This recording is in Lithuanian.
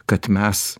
kad mes